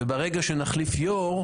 וברגע שנחליף יו"ר,